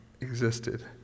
existed